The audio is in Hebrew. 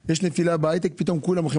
וכשיש נפילה בהייטק ופתאום הולכים.